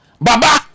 Baba